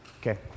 Okay